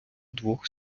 двох